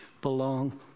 belong